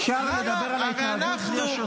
אפשר לדבר על ההתנהגות בלי שם תואר.